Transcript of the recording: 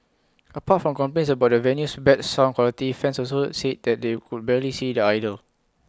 apart from complaints about the venue's bad sound quality fans also said they could barely see their idol